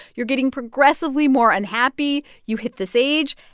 you're getting progressively more unhappy. you hit this age,